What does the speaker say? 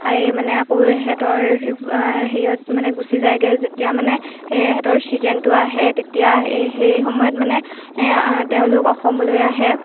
এই মানে আকৌ সিহঁতৰ হেৰিয়ত মানে গুচি যায়গৈ যেতিয়া মানে সিহঁতৰ চিজনতো আহে তেতিয়া এই সেই সময়ত মানে তেওঁলোক অসমলৈ আহে